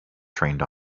trained